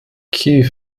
kiew